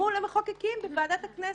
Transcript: מול המחוקקים בוועדת הכנסת.